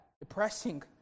Depressing